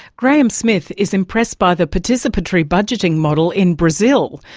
graham smith is impressed by the participatory budgeting model in brazil,